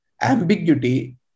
ambiguity